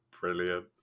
Brilliant